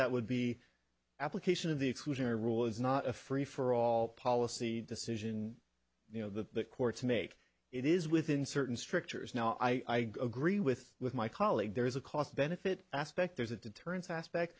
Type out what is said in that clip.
that would be application of the exclusionary rule is not a free for all policy decision you know the courts make it is within certain strictures now i agree with with my colleague there's a cost benefit aspect there's a deterrence aspect